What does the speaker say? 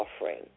offering